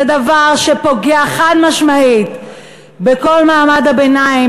זה דבר שפוגע חד-משמעית בכל מעמד הביניים,